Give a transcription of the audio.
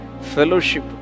Fellowship